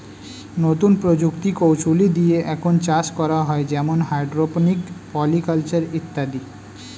নতুন প্রযুক্তি কৌশলী দিয়ে এখন চাষ করা হয় যেমন হাইড্রোপনিক, পলি কালচার ইত্যাদি